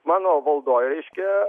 mano valdoj reiškia